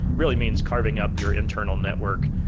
really means carving up your internal network,